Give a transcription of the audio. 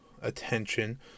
attention